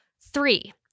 Three